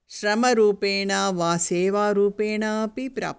श्रमरूपेण वा सेवारूपेणापि प्राप्तम्